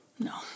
No